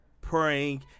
praying